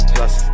Plus